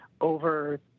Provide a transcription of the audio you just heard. over